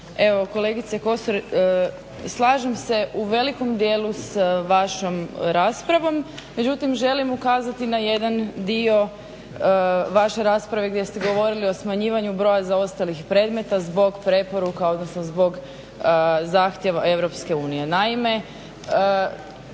Evo kolegice Kosor slažem se u velikom dijelu s vašom raspravom, međutim želim ukazati na jedan dio vaše rasprave gdje ste govorili o smanjivanju broja zaostalih predmeta zbog preporuka, odnosno zbog zahtjeva EU.